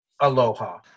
aloha